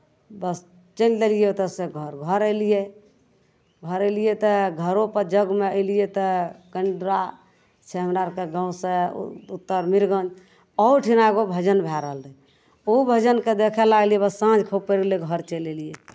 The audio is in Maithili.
बस चलि देलियै ओतयसँ घर घर अयलियै घर अयलियै तऽ घरोपर यज्ञमे अयलियै तऽ कनि दूरा छै हमरा आरके गाँवसँ उत्तर मिरगन ओहुठिना एगो भजन भए रहलै ओहू भजनकेँ देखय लागलियै बस साँझ खूब पड़ि गेलै घर चलि एलियै